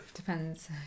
depends